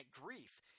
grief